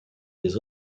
des